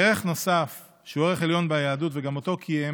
ערך נוסף שהוא ערך עליון ביהדות, וגם אותו קיים